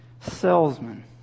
salesman